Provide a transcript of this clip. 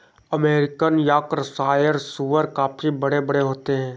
American Yorkshire सूअर काफी बड़े बड़े होते हैं